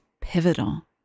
pivotal